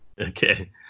Okay